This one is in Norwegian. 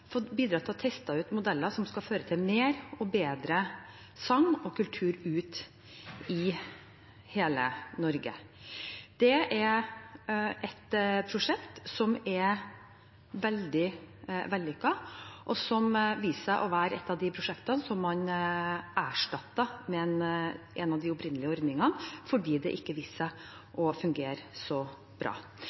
bidratt til å teste ut modeller som skal føre til mer og bedre sang og kultur ut i hele Norge. Det er et prosjekt som er veldig vellykket, og er ett av de prosjektene som erstattet en av de opprinnelige ordningene som viste seg ikke å fungere så bra.